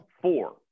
four